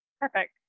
Perfect